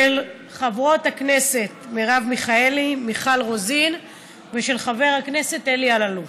של חברות הכנסת מרב מיכאלי ומיכל רוזין ושל חבר הכנסת אלי אלאלוף.